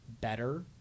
better